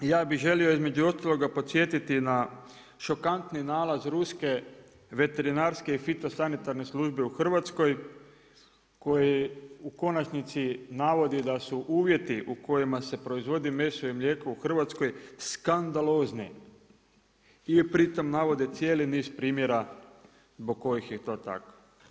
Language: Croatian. Ja bih želio između ostaloga podsjetiti na šokantni nalaz ruske veterinarske i fitosanitarne službe u Hrvatskoj koji u konačnici navodi da su uvjeti u kojima se proizvodi meso i mlijeko u Hrvatskoj skandalozni i pri tome navode cijeli niz primjera zbog kojih je to tako.